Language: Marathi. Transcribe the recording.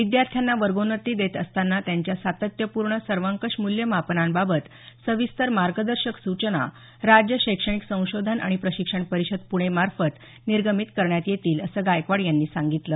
विद्यार्थ्याना वर्गोन्नती देत असताना त्यांच्या सातत्यपूर्ण सर्वंकष मूल्यमापनांबाबत सविस्तर मार्गदर्शक सूचना राज्य शैक्षणिक संशोधन आणि प्रशिक्षण परिषद पुणे मार्फत निर्गमित करण्यात येतील असं गायकवाड यांनी सांगितलं